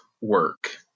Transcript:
work